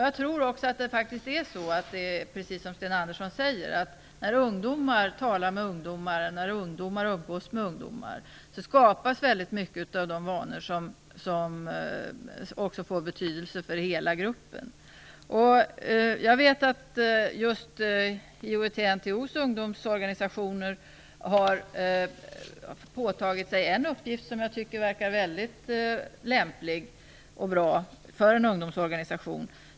Jag tror faktiskt att det är så, precis som Sten Andersson säger, att när ungdomar pratar eller umgås med andra ungdomar skapas väldigt mycket av de vanor som också får betydelse för hela gruppen. Jag vet att just IOGT-NTO:s ungdomsorganisationer har påtagit sig en uppgift som jag tycker verkar väldigt lämplig och bra för en ungdomsorganisation.